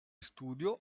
studio